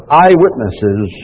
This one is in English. eyewitnesses